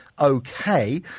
okay